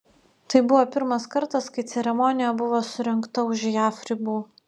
tai buvo pirmas kartas kai ceremonija buvo surengta už jav ribų